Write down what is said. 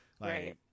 Right